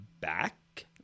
back